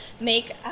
make